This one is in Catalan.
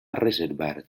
reservar